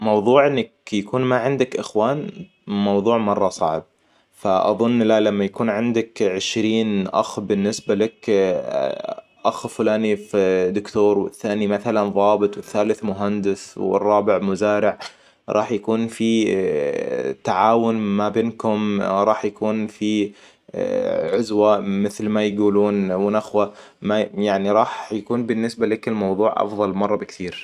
موضوع إنك يكون ما عندك إخوان موضوع مرة صعب. فأظن لا لما يكون عندك عشرين أخ بالنسبة لك أخ فلاني في دكتور والثاني مثلاً ظابط وثالث مهندس والرابع مزارع. راح يكون في تعاون ما بينكم راح يكون في عزوة مثل ما يقولون ونخوة ما يعني راح يكون بالنسبة لك الموضوع أفضل مرة بكثير